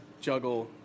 juggle